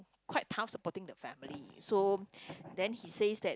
quite tough supporting the family so then he says that